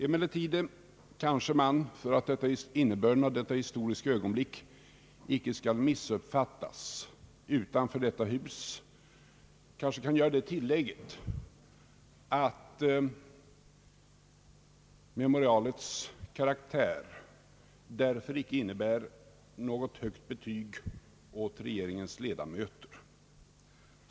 Emellertid kan man kanske — för att innebörden av detta historiska ögonblick icke skall missuppfattas utanför detta hus — göra det tillägget att memorialets karaktär därför icke innebär något högt betyg åt regeringens ledamöter.